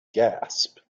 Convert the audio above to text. gasp